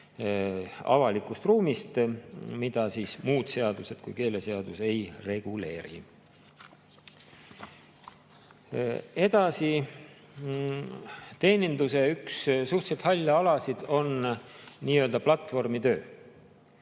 avalikust ruumist, mida muud seadused kui keeleseadus ei reguleeri. Edasi. Teeninduse üks suhteliselt halle alasid on nii-öelda platvormitöö.